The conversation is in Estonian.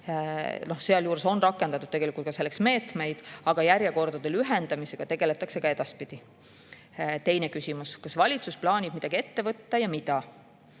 sealjuures on rakendatud selleks meetmeid. Aga järjekordade lühendamisega tegeldakse ka edaspidi. Teine küsimus: kas valitsus plaanib midagi ette võtta ja mida?